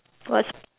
what's